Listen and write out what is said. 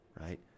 right